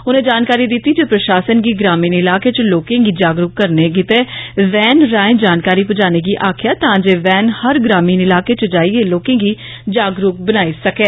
उनें जानकारी दिती जे प्रशासन गी ग्रामीन इलाके च लोकें गी जागरूक बनाने गितै वैन रांए जानकारी प्जाने गी आखेया तांजे ऐ वैन हर ग्रामिण इलाकें च जाइए लोकें गी जागरूक बनाई सकै